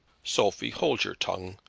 sophie, hold your tongue.